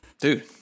dude